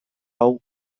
hau